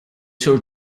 sur